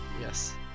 Yes